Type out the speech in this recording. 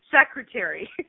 secretary